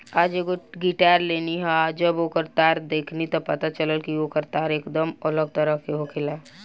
आज एगो गिटार लेनी ह आ जब ओकर तार देखनी त पता चलल कि ओकर तार एकदम अलग तरह के होखेला